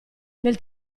nel